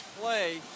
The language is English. play